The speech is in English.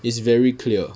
is very clear